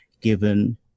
given